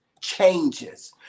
changes